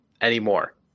anymore